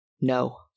no